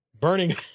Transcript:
Burning